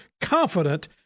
confident